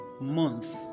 month